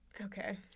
Okay